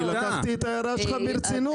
אני לקחתי את ההערה שלך ברצינות.